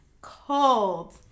Cold